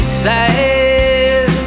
sad